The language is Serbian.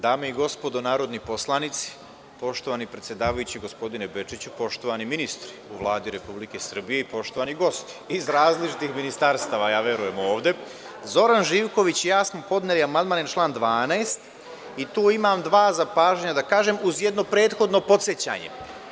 Dame i gospodo narodni poslanici, poštovani predsedavajući gospodine Bečiću, poštovani ministre u Vladi Republike Srbije i poštovani gosti iz različitih ministarstava verujem ovde, Zoran Živković i ja smo podneli amandman na član 12. i tu imam dva zapažanja da kažem uz jedno prethodno podsećanje.